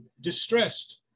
distressed